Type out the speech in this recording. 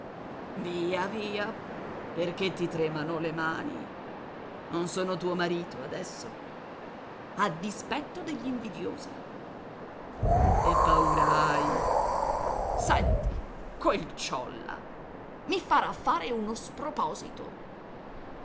via via perché ti tremano così le mani non sono tuo marito adesso a dispetto degli invidiosi che paura hai senti quel ciolla mi farà fare uno sproposito